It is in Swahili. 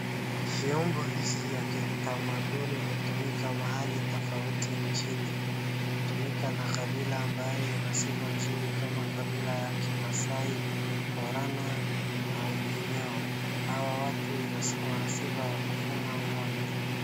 Vyombo hizi ya kitamanduni hutumika mahali tofauti nchini. Hutumika na kabila ambayo ina sifa mzuri kama kabila ya Kimaasai, Borana na wengineo. Hawa watu wana sifa ya kufuga ng'ombe.